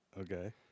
Okay